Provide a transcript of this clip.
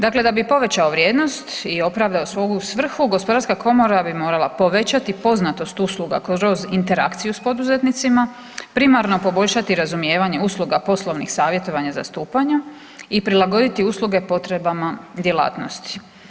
Dakle, da bi povećao vrijednost i opravdao svoju svrhu Gospodarska komora bi morala povećati poznatost usluga kroz interakciju s poduzetnicima, primarno poboljšati razumijevanje usluga poslovnih savjetovanja i zastupanja i prilagoditi usluge potrebama djelatnosti.